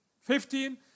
Fifteen